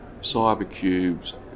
Cybercube's